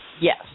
Yes